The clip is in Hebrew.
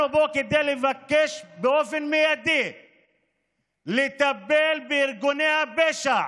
אנחנו פה כדי לבקש באופן מיידי לטפל בארגוני הפשע,